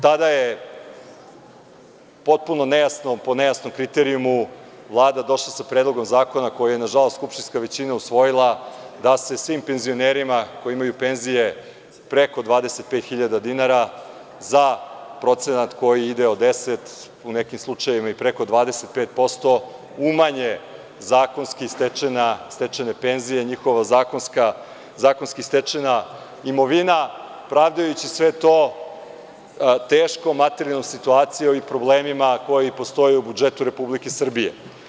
Tada je potpuno nejasno, po nejasnom kriterijumu Vlada došla sa predlogom zakona koji je nažalost skupštinska većina usvojila da se svim penzionerima koji imaju penzije preko 25.000 dinara za procenat koji ide od 10, u nekim slučajevima i preko 25% umanje zakonski stečene penzije, njihova zakonski stečena imovina, pravdajući sve to teškom materijalnom situacijom i problemima koji postoje u budžetu Republike Srbije.